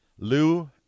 Lou